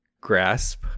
grasp